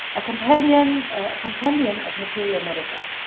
ah compendium ah compendium of materia medica.